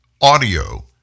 audio